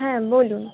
হ্যাঁ বলুন